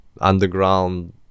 underground